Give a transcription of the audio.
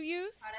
use